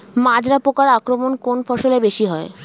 মাজরা পোকার আক্রমণ কোন ফসলে বেশি হয়?